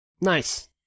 Nice